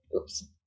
oops